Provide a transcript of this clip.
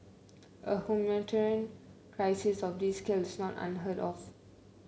a humanitarian crisis of this scale is not unheard of